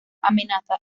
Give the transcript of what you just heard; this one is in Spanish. amenaza